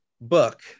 book